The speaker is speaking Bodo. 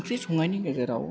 ओंख्रि संनायनि गेजेराव